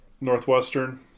Northwestern